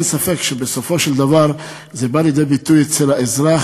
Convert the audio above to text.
אין ספק שבסופו של דבר זה בא לידי ביטוי אצל האזרח,